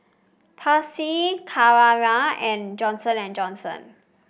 Persil Carrera and Johnson And Johnson